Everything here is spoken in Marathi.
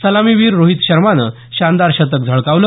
सलामीवीर रोहीत शर्मानं शानदार शतक झळकावलं